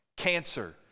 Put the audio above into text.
Cancer